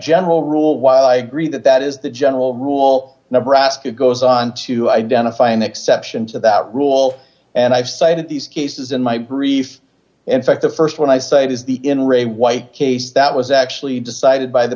general rule while i agree that that is the general rule never ask it goes on to identify an exception to that rule and i've cited these cases in my brief in fact the st one i cite is the in re white case that was actually decided by the